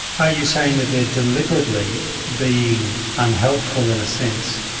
are you saying that they are deliberately being unhelpful, in a sense,